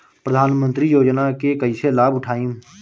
प्रधानमंत्री योजना के कईसे लाभ उठाईम?